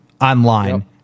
online